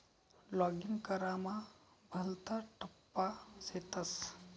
login करामा भलता टप्पा शेतस